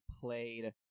played